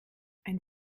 ein